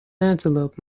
antelope